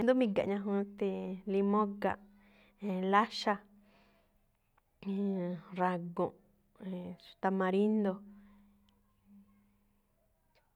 Xndú miga̱ꞌ ñajuun, ste̱e̱, limóo ga̱nꞌ, e̱e̱n, láxa̱, e̱e̱n ra̱go̱ꞌ, e̱e̱n tamarindo.